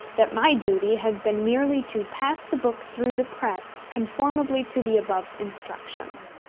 that my duty has been merely to pass the book through the press conformably to the above instructions.